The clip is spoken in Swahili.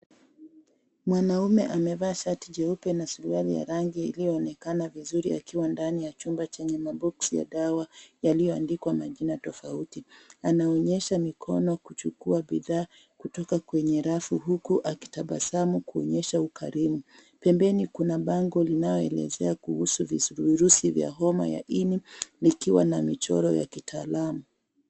Mwanamume amevaa shati jeupe na suruali ya rangi iliyoonekana vizuri akiwa ndani ya chumba chenye maboksi ya dawa iliyoandikwa majina tofauti. Anaonyesha mikono kuchukua bidhaa kutoka kwenye rafu huku akitabasamu kuonyesha ukarimu. Pembeni kuna bango linaloelezea kuhusu virusi vya homa ya ini vikiwa na michoro ya kitaalamu.